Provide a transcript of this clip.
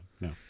no